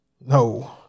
No